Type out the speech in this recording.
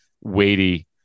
weighty